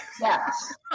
Yes